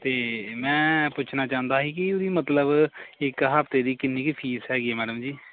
ਅਤੇ ਮੈਂ ਪੁੱਛਣਾ ਚਾਹੁੰਦਾ ਸੀ ਕਿ ਵੀ ਮਤਲਬ ਇੱਕ ਹਫ਼ਤੇ ਦੀ ਕਿੰਨੀ ਕੁ ਫੀਸ ਹੈਗੀ ਆ ਮੈਡਮ ਜੀ